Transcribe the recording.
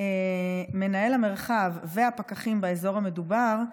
מנהל המרחב והפקחים באזור המדובר,